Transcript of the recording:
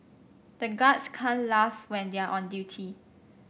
the guards can't laugh when they are on duty